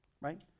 Right